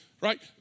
Right